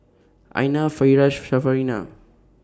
Aina Firash